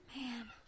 Man